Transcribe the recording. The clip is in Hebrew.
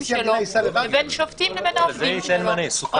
שלו ובין שופטים לבין העובדים שלו.